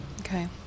Okay